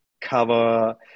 cover